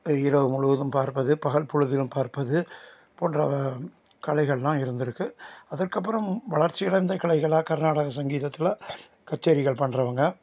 இரவு முழுவதும் பார்ப்பது பகல் பொழுதிலும் பார்ப்பது போன்ற கலைகள்லாம் இருந்திருக்கு அதற்கப்பறம் வளர்ச்சி அடைந்த கலைகளா கர்நாடக சங்கீதத்தில் கச்சேரிகள் பண்ணுறவங்க